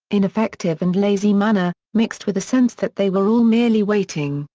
ineffective and lazy manner, mixed with a sense that they were all merely waiting,